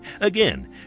Again